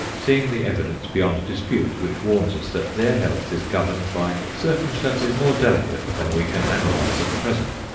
seeing the evidence beyond dispute which warns us that their health is governed by circumstances more delicate than we can analyze at present.